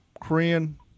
Korean